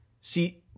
See